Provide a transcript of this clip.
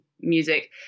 music